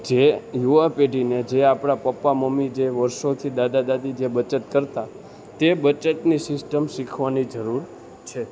જે યુવા પેઢીને જે આપણા પપ્પા મમ્મી જે વર્ષોથી દાદા દાદી જે બચત કરતાં તે બચતની સિસ્ટમ શીખવાની જરૂર છે